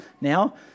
now